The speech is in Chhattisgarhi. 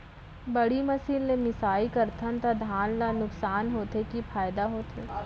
बड़ी मशीन ले मिसाई करथन त धान ल नुकसान होथे की फायदा होथे?